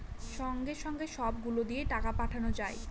সঙ্গে সঙ্গে সব গুলো দিয়ে টাকা পাঠানো যায়